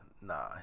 Nah